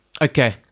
Okay